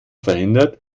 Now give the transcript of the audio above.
verhindert